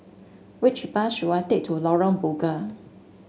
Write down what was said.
which bus should I take to Lorong Bunga